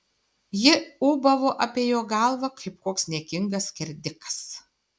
ji ūbavo apie jo galvą kaip koks niekingas skerdikas